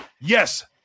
yes